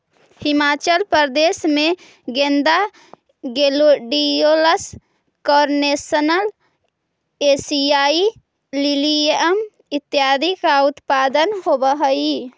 हिमाचल प्रदेश में गेंदा, gladiolus, carnation, एशियाई लिलियम इत्यादि का उत्पादन होवअ हई